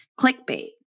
clickbait